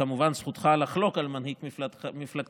כמובן זכותך לחלוק על מנהיג מפלגתך,